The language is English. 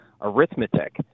arithmetic